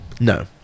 No